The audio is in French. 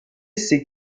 ses